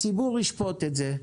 הציבור ישפוט את זה.